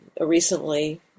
recently